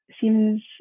Seems